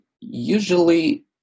usually